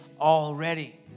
already